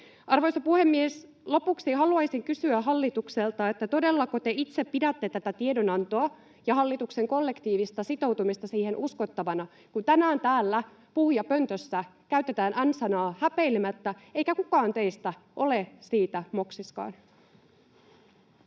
Arvoisa puhemies! Lopuksi haluaisin kysyä hallitukselta: todellako te itse pidätte tätä tiedonantoa ja hallituksen kollektiivista sitoutumista siihen uskottavana, kun tänään täällä puhujapöntöstä käytetään n-sanaa häpeilemättä eikä kukaan teistä ole siitä moksiskaan?